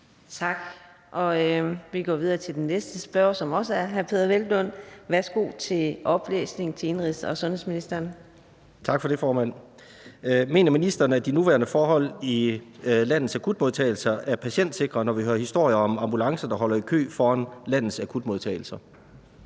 Tak. Vi går så videre til den næste spørger, som også er hr. Peder Hvelplund. Kl. 13:41 Spm. nr. S 193 7) Til indenrigs- og sundhedsministeren af: Peder Hvelplund (EL): Mener ministeren, at de nuværende forhold i landets akutmodtagelser er patientsikre, når vi hører historier om ambulancer, der holder i kø foran landets akutmodtagelser?